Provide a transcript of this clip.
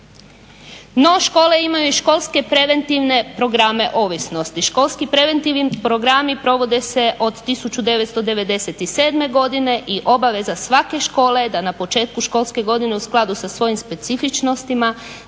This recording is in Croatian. No škole imaju i školske preventivne programe ovisnost. Školski preventivni programi provode se od 1997. Godine i obaveza svake škole je da na početku školske godine u skladu sa svojim specifičnostima